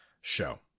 show